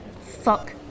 fuck